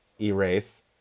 erase